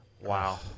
Wow